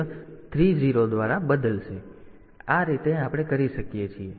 તેથી આ રીતે આપણે કરી શકીએ છીએ